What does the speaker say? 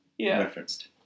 referenced